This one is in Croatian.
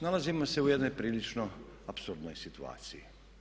Nalazimo se u jednoj prilično apsurdnoj situaciji.